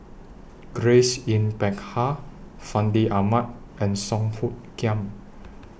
Grace Yin Peck Ha Fandi Ahmad and Song Hoot Kiam